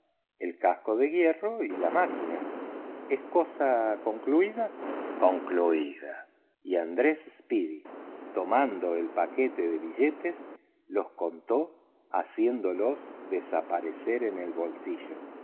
el caso de hierro y la máquina es cosa concluida concluida y andrés speedy tomando el paquete de billetes los contó haciéndolos desaparecer en el bolsillo